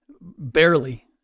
barely